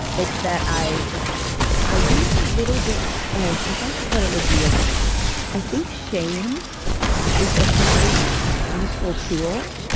it's that i i use a little bit of. i guess what it would be is i think shame is a very useful tool,